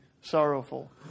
sorrowful